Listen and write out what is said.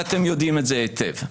ואתם יודעים את זה היטב,